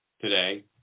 today